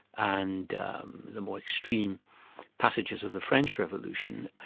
and um the more extreme passages of the french revolution,